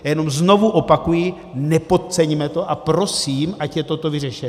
Já jenom znovu opakuji, nepodceňme to a prosím, ať je toto vyřešeno.